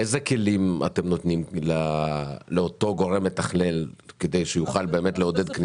איזה כלים אתם נותנים לאותו גורם מתכלל כדי שיוכל באמת לעודד כניסה.